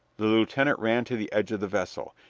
the lieutenant ran to the edge of the vessel.